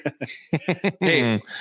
Hey